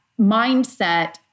mindset